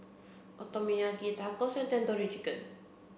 Okonomiyaki Tacos and Tandoori Chicken